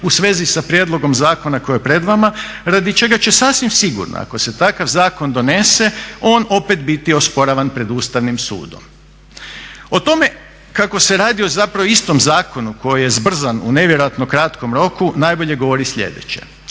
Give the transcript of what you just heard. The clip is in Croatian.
u svezi sa prijedlogom zakona koji je pred vama radi čega će sasvim sigurno ako se takav zakon donese on opet biti osporavan pred Ustavnim sudom. O tome kako se radi o istom zakonu koji je zbrzan u nevjerojatno kratkom roku najbolje sljedeće,